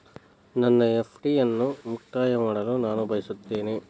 ನನ್ನ ಎಫ್.ಡಿ ಅನ್ನು ಮುಕ್ತಾಯ ಮಾಡಲು ನಾನು ಬಯಸುತ್ತೇನೆ